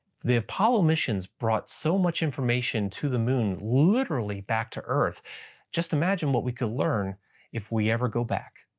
the apollo missions brought so much information from the moon literally back to earth just imagine what we could learn if we ever go back.